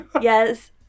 Yes